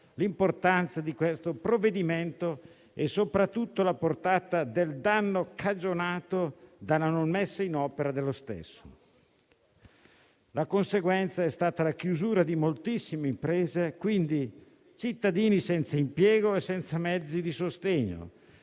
l'importanza del provvedimento e, soprattutto, la portata del danno cagionato dalla sua mancata messa in opera. La conseguenza è stata la chiusura di moltissime imprese e quindi cittadini senza impiego e senza mezzi di sostegno